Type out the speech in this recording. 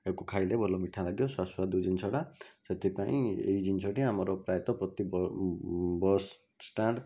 ଏହାକୁ ଖାଇଲେ ଭଲ ମିଠା ମଧ୍ୟ ସୁସ୍ୱାଦୁ ଜିନିଷଟା ସେଥିପାଇଁ ଏହି ଜିନିଷଟି ଆମର ପ୍ରାୟତଃ ପ୍ରତି ବସ୍ଷ୍ଟାଣ୍ଡ